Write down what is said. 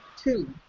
Two